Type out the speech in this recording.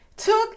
took